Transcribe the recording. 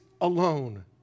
alone